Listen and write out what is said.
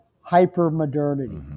hyper-modernity